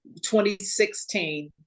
2016